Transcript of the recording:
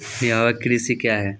निवाहक कृषि क्या हैं?